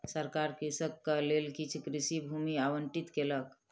सरकार कृषकक लेल किछ कृषि भूमि आवंटित केलक